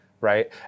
right